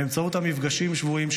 באמצעות המפגשים השבועיים,